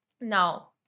Now